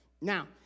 Now